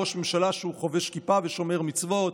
ראש ממשלה שהוא חובש כיפה ושומר מצוות,